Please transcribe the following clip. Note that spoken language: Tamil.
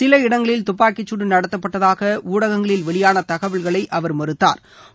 சில இடங்களில் தப்பாக்கிச்சூடு நடத்தப்பட்டதாக ஊடகங்களில் வெளியான தகவல்களை அவர் மறுத்தாா்